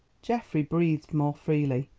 geoffrey breathed more freely.